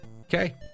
Okay